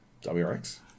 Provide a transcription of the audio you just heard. WRX